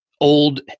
old